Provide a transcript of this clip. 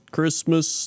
Christmas